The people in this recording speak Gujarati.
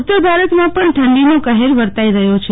ઉતર ભારતમાં પણ ઠંડીનો કહેર વર્તાઈ રહયો છે